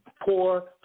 poor